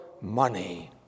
money